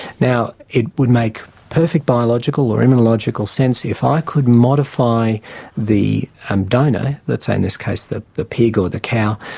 now, it would make perfect biological or immunological sense if i could modify the um donor, let's say in this case the the pig or the cow,